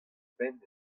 benn